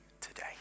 today